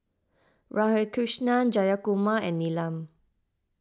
Radhakrishnan Jayakumar and Neelam